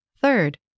Third